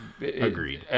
Agreed